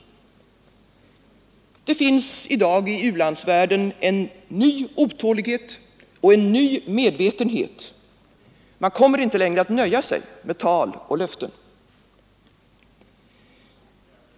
Det finns i u-landsvärlden i dag en ny otålighet och en ny medvetenhet; man kommer inte längre att nöja sig med tal och löften.